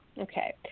Okay